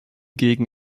gegen